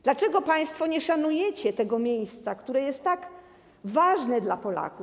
Dlaczego państwo nie szanujecie tego miejsca, które jest tak ważne dla Polaków?